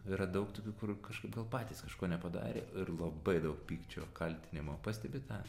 yra daug tokių kur kažkaip gal patys kažko nepadarė ir labai daug pykčio kaltinimo pastebi tą